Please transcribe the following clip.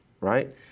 right